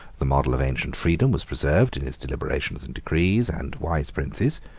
the model of ancient freedom was preserved in its deliberations and decrees and wise princes,